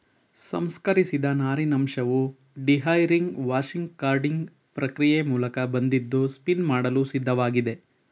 ಸಂಸ್ಕರಿಸಿದ ನಾರಿನಂಶವು dehairing washing carding ಪ್ರಕ್ರಿಯೆ ಮೂಲಕ ಬಂದಿದ್ದು ಸ್ಪಿನ್ ಮಾಡಲು ಸಿದ್ಧವಾಗಿದೆ